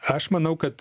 aš manau kad